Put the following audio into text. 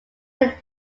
are